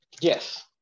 Yes